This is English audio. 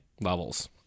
Levels